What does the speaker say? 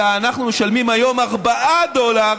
אלא אנחנו משלמים היום 4 דולר